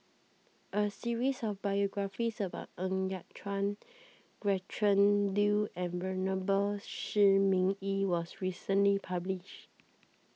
a series of biographies about Ng Yat Chuan Gretchen Liu and Venerable Shi Ming Yi was recently published